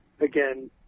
again